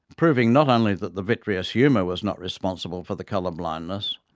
proving not only that the vitreous humour was not responsible for the colour blindness,